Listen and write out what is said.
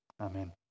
Amen